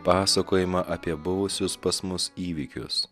pasakojimą apie buvusius pas mus įvykius